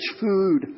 food